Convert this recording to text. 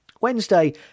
Wednesday